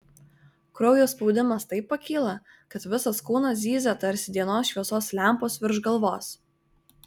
kraujo spaudimas taip pakyla kad visas kūnas zyzia tarsi dienos šviesos lempos virš galvos